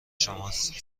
شماست